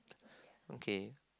okay